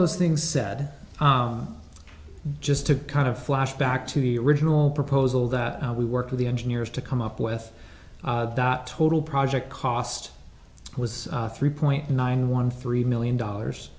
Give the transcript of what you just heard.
those things said just to kind of flash back to the original proposal that we worked with the engineers to come up with the total project cost was three point nine one three million dollars